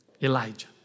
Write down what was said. Elijah